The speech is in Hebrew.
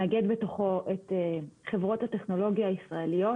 מאגד בתוכו את חברות הטכנולוגיה הישראליות,